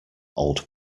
old